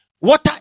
Water